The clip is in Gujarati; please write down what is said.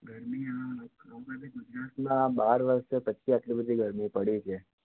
ગરમી આ બહુ ગરમી ગુજરાતમાં બાર વર્ષ પછી આટલી બધી ગરમી પડી છે